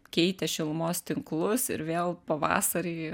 keitė šilumos tinklus ir vėl pavasarį